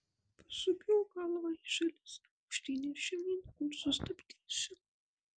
pasukiok galvą į šalis aukštyn ir žemyn kol sustabdysiu